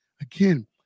again